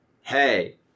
hey